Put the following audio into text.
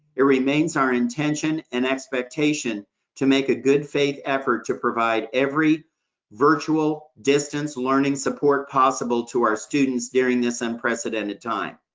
it remains our intention and expectation to make a good-faith effort to provide every virtual distance learning support possible to our students during this unprecedented time.